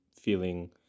feeling